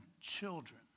children